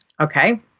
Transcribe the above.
Okay